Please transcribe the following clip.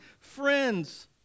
Friends